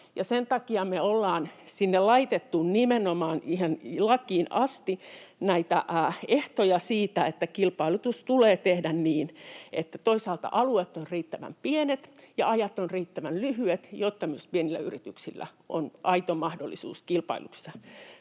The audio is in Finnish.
sen takia me ollaan laitettu nimenomaan sinne ihan lakiin asti näitä ehtoja siitä, että kilpailutus tulee tehdä niin, että toisaalta alueet ovat riittävän pienet ja ajat ovat riittävän lyhyet, jotta myös pienillä yrityksillä on aito mahdollisuus kilpailussa